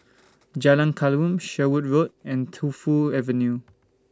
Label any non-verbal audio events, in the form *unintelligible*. Jalan *unintelligible* Sherwood Road and Tu Fu Avenue